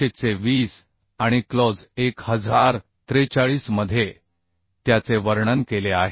800 चे 20 आणि क्लॉज 1043 मध्ये त्याचे वर्णन केले आहे